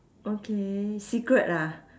okay secret ah